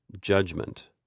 judgment